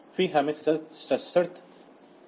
फिर हमें conditional jump मिली है